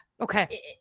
okay